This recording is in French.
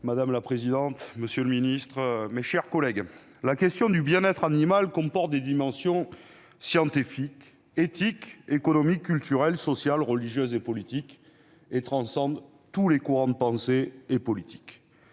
Madame la présidente, monsieur le ministre, mes chers collègues, la question du bien-être animal comporte des dimensions scientifiques, éthiques, économiques, culturelles, sociales, religieuses et politiques. Elle transcende tous les courants de pensée. Nos